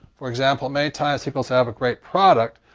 for example, many times, people say, i have a great product,